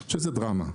שזו דרמה.